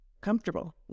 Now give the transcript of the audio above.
comfortable